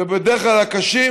ובדרך כלל הקשים,